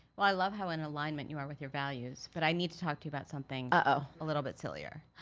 well, i love how in alignment you are with you values. but i need to talk to you about something, uh-oh. ah a little bit sillier.